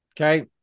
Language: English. Okay